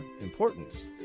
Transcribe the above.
importance